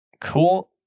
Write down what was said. Cool